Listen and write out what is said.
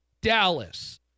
Dallas